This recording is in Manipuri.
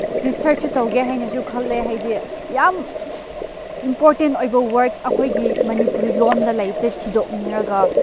ꯔꯤꯁꯔꯆꯁꯨ ꯇꯧꯒꯦ ꯍꯥꯏꯅꯁꯨ ꯈꯜꯂꯦ ꯍꯥꯏꯗꯤ ꯌꯥꯝ ꯏꯝꯄꯣꯔꯇꯦꯟ ꯑꯣꯏꯕ ꯋꯥꯔꯠꯁ ꯑꯩꯈꯣꯏꯒꯤ ꯃꯅꯤꯄꯨꯔꯤ ꯂꯣꯟꯗ ꯂꯩꯕꯁꯦ ꯊꯤꯗꯣꯛꯅꯤꯡꯂꯒ